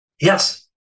Yes